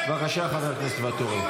בבקשה, חבר הכנסת ואטורי.